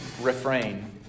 refrain